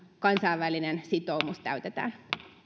kansainvälinen sitoumus täytetään